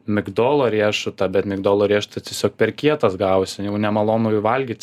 migdolo riešutą bet migdolo riešutas tiesiog per kietas gavosi jau nemalonu i valgyt